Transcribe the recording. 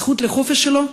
הזכות לחופש שלו,